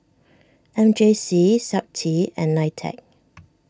M J C Safti and Nitec